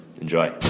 Enjoy